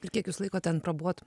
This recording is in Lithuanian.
ir kiek jūs laikote ten prabuvot